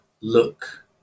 look